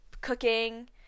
cooking